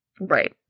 Right